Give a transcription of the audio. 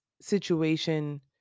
situation